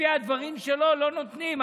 לפי הדברים שלו לא נותנים,